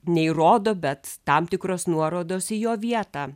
neįrodo bet tam tikros nuorodos į jo vietą